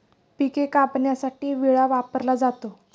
पिके कापण्यासाठी विळा वापरला जातो